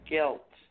Guilt